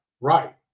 Right